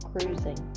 cruising